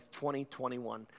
2021